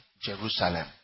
Jerusalem